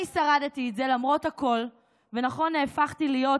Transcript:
אני שרדתי את זה למרות הכול, ונכון, הפכתי להיות